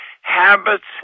habits